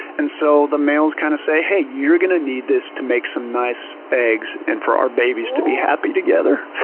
and so the males kind of say, hey, you're going to need this to make some nice eggs and for our babies to be happy together.